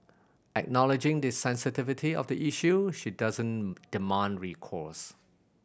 acknowledging the sensitivity of the issue she doesn't demand recourse